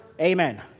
amen